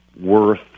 worth